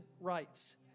rights